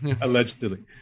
allegedly